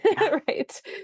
Right